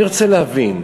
אני רוצה להבין,